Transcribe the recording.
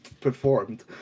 performed